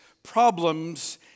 problems